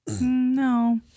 No